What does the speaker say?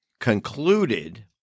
concluded